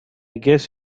guess